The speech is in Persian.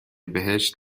بهشت